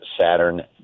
Saturn